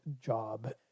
job